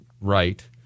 right